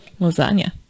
Lasagna